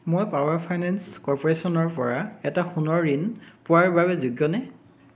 মই power finance কৰ্প'ৰেশ্যনৰ পৰা এটা সোণৰ ঋণ পোৱাৰ বাবে যোগ্যনে